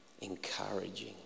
Encouraging